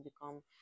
become